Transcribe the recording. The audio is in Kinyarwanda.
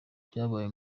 byabaye